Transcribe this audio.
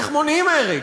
איך מונעים הרג?